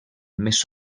més